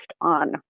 on